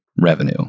revenue